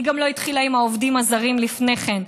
היא גם לא התחילה עם העובדים הזרים לפני כן,